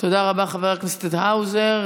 תודה רבה, חבר הכנסת האוזר.